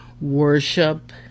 Worship